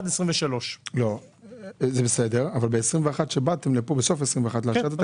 אבל בסוף 2021 כשבאתם לפה לאשר את התקציב,